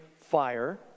fire